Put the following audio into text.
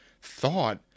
thought